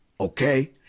okay